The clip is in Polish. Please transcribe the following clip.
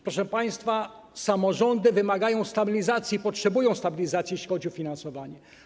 Proszę państwa, samorządy wymagają stabilizacji i potrzebują stabilizacji, jeśli chodzi o finansowanie.